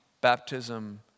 baptism